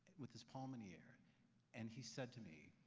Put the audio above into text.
with his palm in the air. and he said to me,